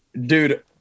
Dude